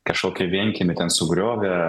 kažkokį vienkiemį ten sugriovė